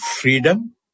freedom